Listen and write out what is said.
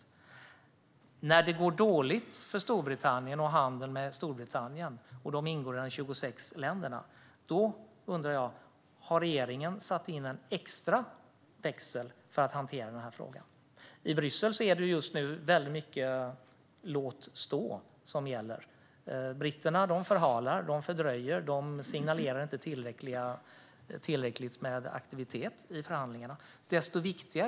När det går dåligt för Storbritannien och i handeln med Storbritannien och det är ett av de 26 länderna undrar jag: Har regeringen satt in en extra växel för att hantera denna fråga? I Bryssel är det just nu väldigt mycket "låt stå" som gäller. Britterna förhalar. De fördröjer. De signalerar inte tillräckligt med aktivitet i förhandlingarna.